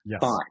Fine